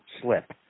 slip